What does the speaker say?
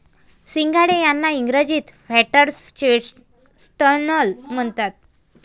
सिंघाडे यांना इंग्रजीत व्होटर्स चेस्टनट म्हणतात